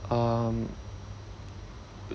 um